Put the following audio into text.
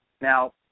Now